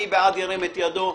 מי בעד ירים את ידו.